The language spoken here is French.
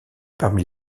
parmi